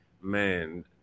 man